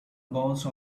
bounced